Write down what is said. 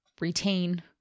retain